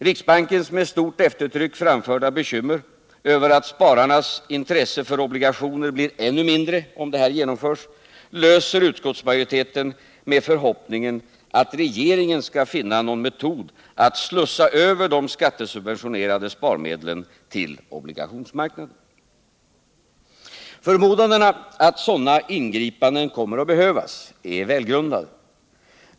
Riksbankens med stort eftertryck framförda bekymmer över att spararnas intresse för obligationer blir ännu mindre om detta genomförs löser utskottsmajoriteten med förhoppningen att regeringen skall finna någon metod att slussa över de skattesubventionerade sparmedlen till obligationsmarknaden. Värdesäkert lön sparande Värdesäkert lönsparande Förmodandena att sådana ingripanden kommer att behövas är välgrundade.